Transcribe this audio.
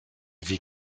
wie